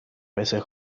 veces